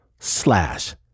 slash